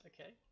okay